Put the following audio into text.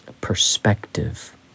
perspective